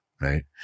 right